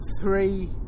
three